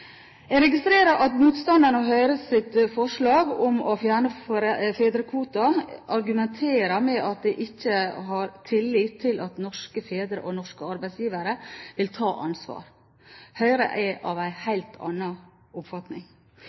Jeg registrerer at motstanderne av Høyres forslag om å fjerne fedrekvoten argumenterer med at de ikke har tillit til at norske fedre og norske arbeidsgivere vil ta ansvar. Høyre er av en helt annen oppfatning.